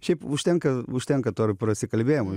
šiaip užtenka užtenka to ir prasikalbėjimo